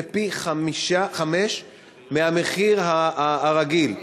פי-חמישה מהמחיר הרגיל.